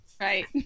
Right